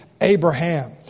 Abraham